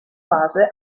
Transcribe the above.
base